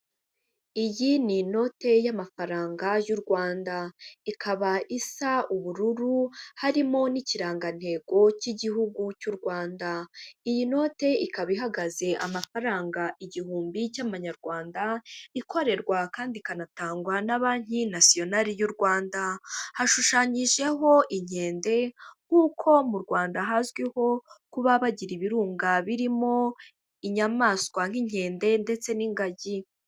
Iyi ni inote y'amafaranga y'u Rwanda, ikaba isa ubururu harimo n'ikirangantego cy'igihugu cy'u Rwanda, iyi note ikaba ihagaze amafaranga igihumbi cy'amanyarwanda ikorerwa kandi ikanatangwa na banki nasiyonari y'u Rwanda, hashushanyijeho inkende nk'uko mu Rwanda hazwiho kuba bagira ibirunga birimo inyamaswa nk'inkende ndetse n'ingagi.